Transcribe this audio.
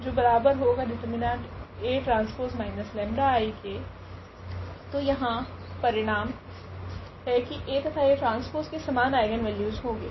तो यहाँ परिणाम है की A तथा AT के समान आइगनवेल्यू होगे